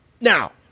Now